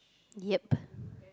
ya